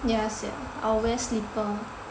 ya sia I'll wear slipper